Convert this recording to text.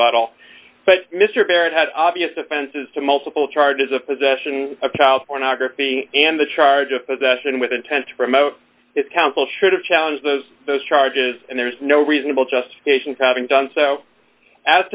but mr barrett had obvious defenses to multiple charges of possession of child pornography and the charge of possession with intent to promote counsel should have challenged those those charges and there's no reasonable justification for having done so as